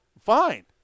fine